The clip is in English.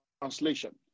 Translation